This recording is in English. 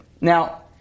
Now